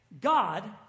God